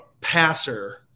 passer